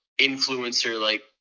influencer-like